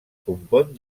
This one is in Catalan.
compon